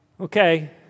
Okay